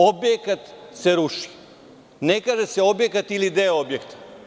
Objekat se ruši, ne kaže se objekat ili deo objekta.